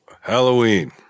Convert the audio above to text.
Halloween